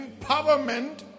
empowerment